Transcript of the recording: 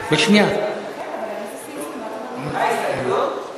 נצביע סעיף-סעיף, רבותי.